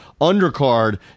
undercard